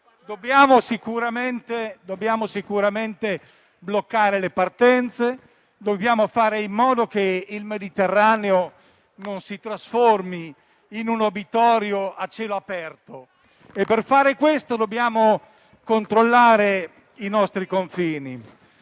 Dobbiamo sicuramente bloccare le partenze e dobbiamo fare in modo che il Mediterraneo non si trasformi in un obitorio a cielo aperto. Per fare questo, dobbiamo controllare i nostri confini.